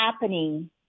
happening